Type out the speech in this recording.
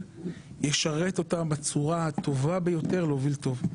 ישרת אותם בצורה הטובה ביותר להוביל טוב.